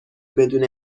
بدون